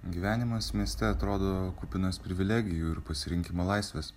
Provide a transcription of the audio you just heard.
gyvenimas mieste atrodo kupinas privilegijų ir pasirinkimo laisvės